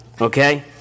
Okay